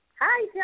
Hi